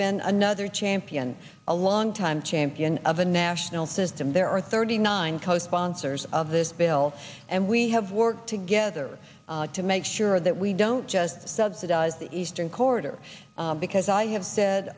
been another champion a longtime champion of a national system there are thirty nine co sponsors of this bill and we have worked together to make sure that we don't just subsidize the eastern corridor because i have said